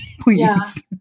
please